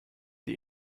die